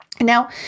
Now